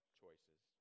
choices